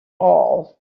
all